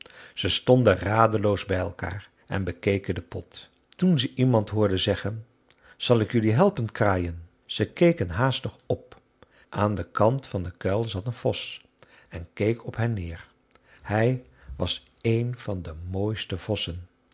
ze stonden radeloos bij elkaar en bekeken den pot toen ze iemand hoorden zeggen zal ik jelui helpen kraaien ze keken haastig op aan den kant van den kuil zat een vos en keek op hen neer hij was een van de mooiste vossen